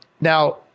Now